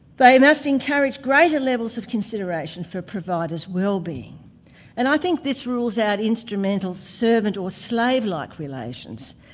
they must encourage greater levels of consideration for providers' wellbeing, and i think this rules out instrumental servant or slave-like relations,